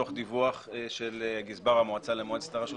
תוך דיווח של גזבר המועצה למועצת הרשות